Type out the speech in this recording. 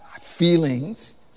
feelings